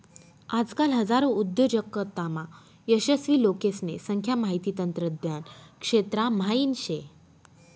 आजकाल हजारो उद्योजकतामा यशस्वी लोकेसने संख्या माहिती तंत्रज्ञान क्षेत्रा म्हाईन शे